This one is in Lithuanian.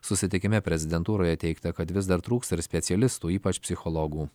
susitikime prezidentūroje teigta kad vis dar trūksta ir specialistų ypač psichologų